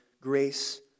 Grace